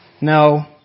No